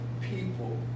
people